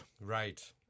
Right